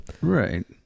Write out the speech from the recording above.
right